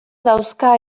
dauzka